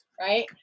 right